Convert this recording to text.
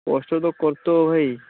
କଷ୍ଟ ତ କରିତେ ହେବ ଭାଇ